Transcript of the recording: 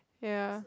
ya